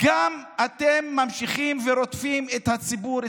אתם גם ממשיכים ורודפים את הציבור,